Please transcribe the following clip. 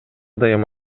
дайым